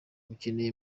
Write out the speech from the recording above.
mukeneye